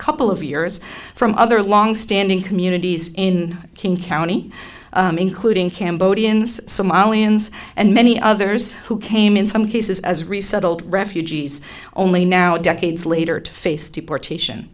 couple of years from other longstanding communities in king county including cambodians somalians and many others who came in some cases as resettled refugees only now decades later to face deportation